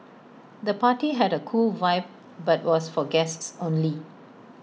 the party had A cool vibe but was for guests only